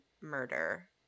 murder